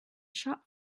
shop